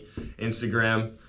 Instagram